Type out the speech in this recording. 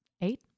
Eight